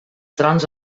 trons